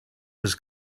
was